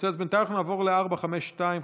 בינתיים נעבור לשאילתה מס' 452,